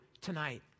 tonight